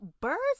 birds